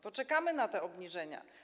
To czekamy na te obniżenia.